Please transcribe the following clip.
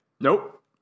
Nope